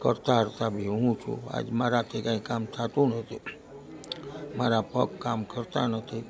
કર્તાહર્તા બી હું છું આજ મારાથી કાંઇ કામ થાતું નથી મારા પગ કામ કરતાં નથી